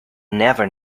never